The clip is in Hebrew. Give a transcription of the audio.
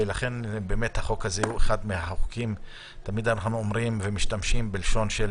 אנחנו תמיד אומרים ומשתמשים בלשון של